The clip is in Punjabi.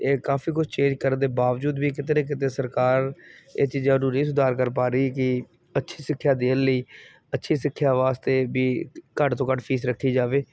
ਇਹ ਕਾਫੀ ਕੁਛ ਚੇਂਜ ਕਰਨ ਦੇ ਬਾਵਜੂਦ ਵੀ ਕਿਤੇ ਨਾ ਕਿਤੇ ਸਰਕਾਰ ਇਹ ਚੀਜ਼ਾਂ ਨੂੰ ਨਹੀਂ ਸੁਧਾਰ ਕਰ ਪਾ ਰਹੀ ਕਿ ਅੱਛੀ ਸਿੱਖਿਆ ਦੇਣ ਲਈ ਅੱਛੀ ਸਿੱਖਿਆ ਵਾਸਤੇ ਵੀ ਘੱਟ ਤੋਂ ਘੱਟ ਫੀਸ ਰੱਖੀ ਜਾਵੇ